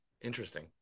Interesting